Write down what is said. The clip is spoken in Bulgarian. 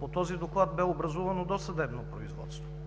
По този доклад бе образувано досъдебно производство.